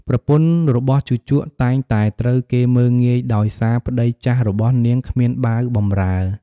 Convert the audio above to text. ប្រពន្ធរបស់ជូជកតែងតែត្រូវគេមើលងាយដោយសារប្តីចាស់របស់នាងគ្មានបាវបំរើ។